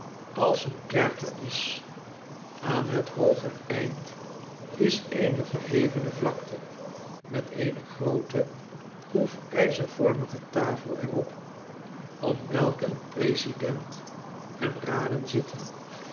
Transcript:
als een kerker is aan het hooger eind is eene verhevene vlakte met eene groote hoefijzervormige tafel er op om welke een president en raden zitten